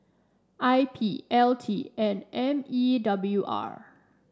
I P L T and M E W R